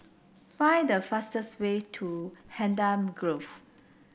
find the fastest way to Hacienda Grove